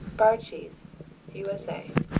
bar cheese u s a.